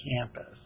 campus